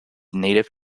native